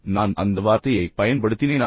நான் அந்த வார்த்தையைப் பயன்படுத்தினேனா